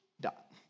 dot